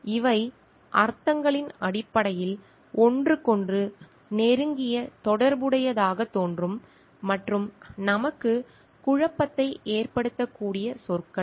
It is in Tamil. இவை அர்த்தங்களின் அடிப்படையில் ஒன்றுக்கொன்று நெருங்கிய தொடர்புடையதாகத் தோன்றும் மற்றும் நமக்குக் குழப்பத்தை ஏற்படுத்தக்கூடிய சொற்கள்